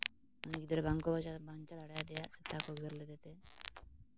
ᱩᱱᱤ ᱜᱤᱫᱽᱨᱟᱹ ᱵᱟᱝᱠᱚ ᱵᱟᱧᱪᱟᱣ ᱫᱟᱲᱮ ᱫᱮᱭᱟ ᱥᱮᱛᱟ ᱠᱚ ᱜᱮᱨ ᱞᱮᱫᱮᱛᱮ